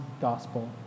gospel